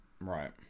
right